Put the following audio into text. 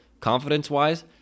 confidence-wise